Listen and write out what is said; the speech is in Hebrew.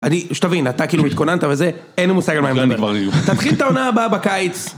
אני, שתבין, אתה כאילו התכוננת וזה, אין מושג על מה... תתחיל את העונה הבאה בקיץ.